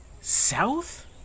South